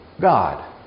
God